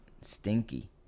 stinky